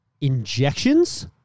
injections